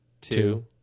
two